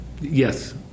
Yes